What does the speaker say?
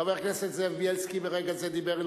חבר הכנסת זאב בילסקי ברגע זה דיבר אל